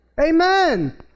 amen